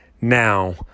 Now